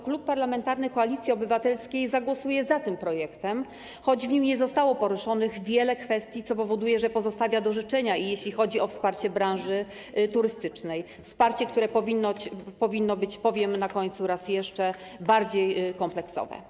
Klub Parlamentarny Koalicja Obywatelska zagłosuje za tym projektem, choć w nim nie zostało poruszonych wiele kwestii, co powoduje, że pozostawia do życzenia, jeśli chodzi o wsparcie branży turystycznej - wsparcie, które powinno być, powiem na końcu raz jeszcze, bardziej kompleksowe.